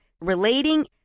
relating